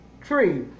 tree